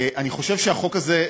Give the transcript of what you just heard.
אני חושב שהחוק הזה,